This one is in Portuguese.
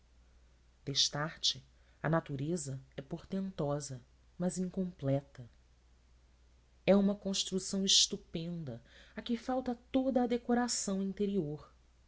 destarte a natureza é portentosa mas incompleta é uma construção estupenda a que falta toda a decoração interior